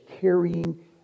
carrying